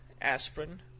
aspirin